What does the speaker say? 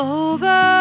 over